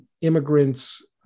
immigrants